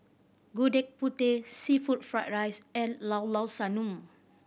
Gudeg Putih seafood fried rice and Llao Llao Sanum